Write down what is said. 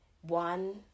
One